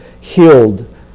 healed